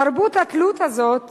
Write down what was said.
תרבות התלות הזאת